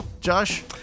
Josh